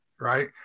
right